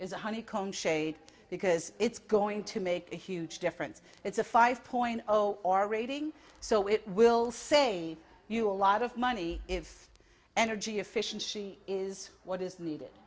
is a honeycomb shade because it's going to make a huge difference it's a five point zero or rating so it will say you a lot of money if energy efficiency is what is